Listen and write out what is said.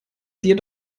dir